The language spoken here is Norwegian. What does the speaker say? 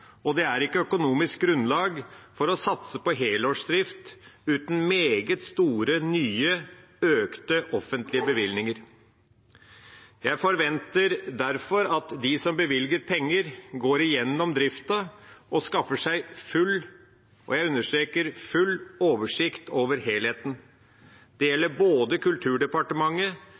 og det er ikke økonomisk grunnlag for å satse på helårsdrift uten meget store, nye, økte offentlige bevilgninger. Jeg forventer derfor at de som bevilger penger, går gjennom drifta og skaffer seg full, og jeg understreker full, oversikt over helheten. Det gjelder både Kulturdepartementet,